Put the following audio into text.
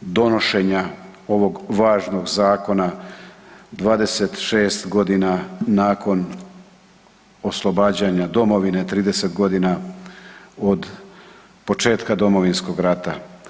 donošenja ovog važnog zakona 26 godina nakon oslobađanja domovine, 30 godina od početka Domovinskog rata.